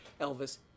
Elvis